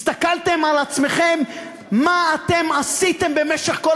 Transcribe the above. הסתכלתם על עצמכם מה עשיתם במשך כל